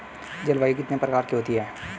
जलवायु कितने प्रकार की होती हैं?